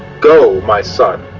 go, my son,